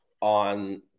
on